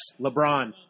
LeBron